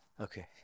okay